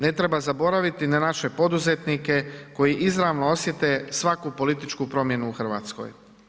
Ne treba zaboraviti na naše poduzetnike koji izravno osjete svaku političku promjenu u Hrvatskoj.